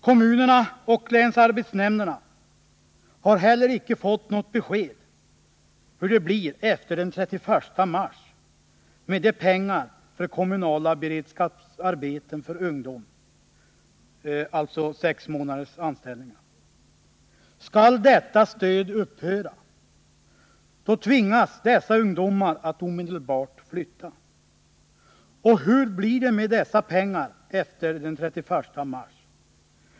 Kommunerna och länsarbetsnämnderna har heller icke fått något besked om hur det blir efter den 31 mars med pengar för de kommunala beredskapsarbetena för ungdom, alltså sexmånadersanställningarna. Skall detta stöd upphöra? Då tvingas de här ungdomarna att omedelbart flytta. Hur blir det med dessa pengar efter den 31 mars?